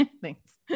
Thanks